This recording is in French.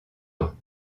ans